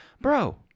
bro